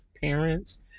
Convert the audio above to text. parents